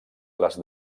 les